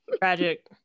Tragic